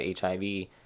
HIV